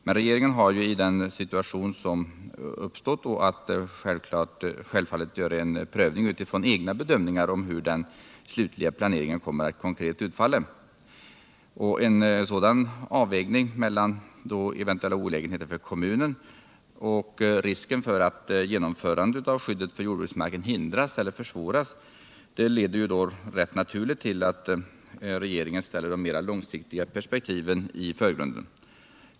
Men i den situationen har regeringen självklart att göra en prövning utifrån egna bedömningar av hur den slutliga planeringen kommer att utfalla konkret. En sådan avvägning mellan eventuella olägenheter för kommunen och risken för att genomförandet av skyddet för jordbruksmark hindras eller försvåras leder då rätt naturligt till att regeringen ställer de mer långsiktiga perspektiven i förgrunden.